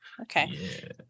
Okay